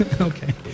Okay